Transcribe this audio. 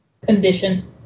condition